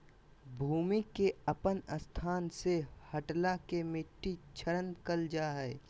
भूमि के अपन स्थान से हटला के मिट्टी क्षरण कहल जा हइ